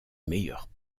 meilleurs